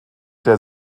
der